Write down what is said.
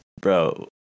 Bro